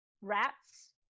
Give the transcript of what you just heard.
rats